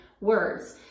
words